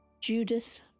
Judas